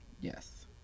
Yes